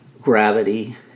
gravity